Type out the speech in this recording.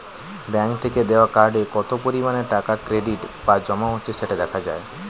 bank থেকে দেওয়া কার্ডে কত পরিমাণে টাকা ক্রেডিট বা জমা হচ্ছে সেটা দেখা যায়